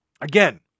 Again